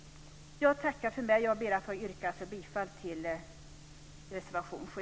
Jag ber att få yrka bifall till reservation 7.